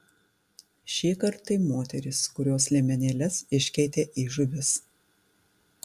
šįkart tai moterys kurios liemenėles iškeitė į žuvis